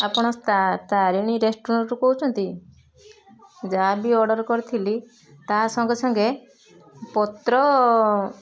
ଆପଣ ତା ତାରିଣୀ ରେଷ୍ଟୁରାଣ୍ଟରୁ କହୁଛନ୍ତି ଯାହା ବି ଅର୍ଡ଼ର୍ କରିଥିଲି ତା ସଙ୍ଗେସଙ୍ଗେ ପତ୍ର